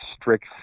strict